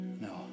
No